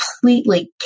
completely